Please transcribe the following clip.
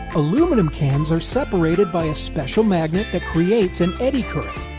aluminum cans are separated by a special magnet that creates an eddy current.